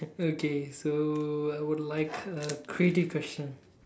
okay so I would like to have a creative question